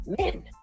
men